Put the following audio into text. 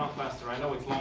faster. i know it's